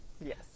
Yes